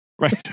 right